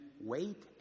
wait